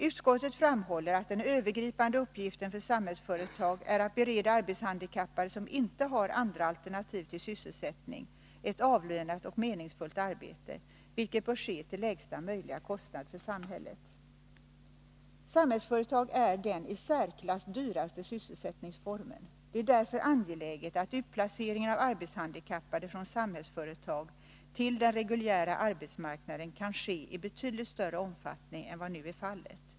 Utskottet framhåller att den övergripande uppgiften för Samhällsföretag är att bereda arbetshandikappade, som inte har andra alternativ till sysselsättning, ett avlönat och meningsfullt arbete, vilket bör ske till lägsta möjliga kostnad för samhället. Samhällsföretag står för den i särklass dyraste sysselsättningsformen. Det är därför angeläget att utplacering av arbetshandikappade från Samhällsföretag till den reguljära arbetsmarknaden kan ske i betydligt större omfattning än vad som nu är fallet.